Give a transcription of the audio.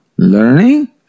Learning